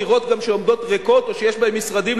דירות גם שעומדות ריקות או שיש בהן משרדים,